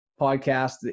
Podcast